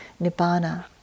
Nibbana